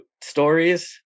stories